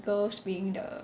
girls being the